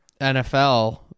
NFL